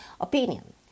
Opinion